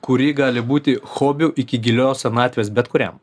kuri gali būti hobiu iki gilios senatvės bet kuriam